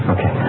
Okay